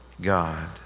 God